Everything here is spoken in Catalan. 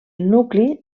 nucli